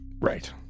Right